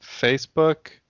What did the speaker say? Facebook